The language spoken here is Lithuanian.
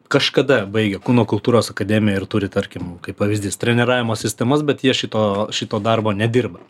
kažkada baigė kūno kultūros akademiją ir turi tarkim kaip pavyzdys treniravimo sistemas bet jie šito šito darbo nedirba